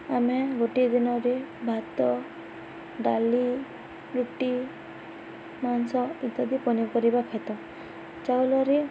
ଆମେ ଗୋଟିଏ ଦିନରେ ଭାତ ଡାଲି ରୁଟି ମାଂସ ଇତ୍ୟାଦି ପନିପରିବା ଖାଇଥାଉ ଚାଉଲରେ